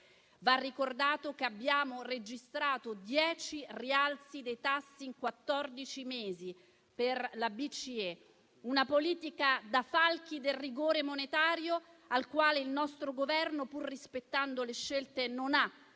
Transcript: Va ricordato che abbiamo registrato dieci rialzi dei tassi in quattordici mesi per la BCE. Una politica da falchi del rigore monetario al quale il nostro Governo, pur rispettando le scelte, non ha